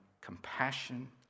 compassion